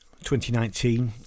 2019